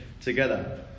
together